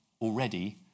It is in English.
already